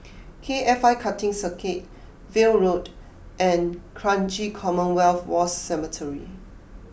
K F I Karting Circuit View Road and Kranji Commonwealth War Cemetery